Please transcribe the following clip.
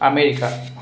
America